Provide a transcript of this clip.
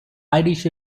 irish